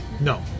No